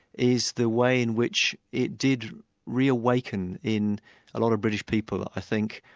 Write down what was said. is the way in which it did reawaken in a lot of british people, i think,